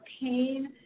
pain